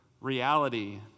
Reality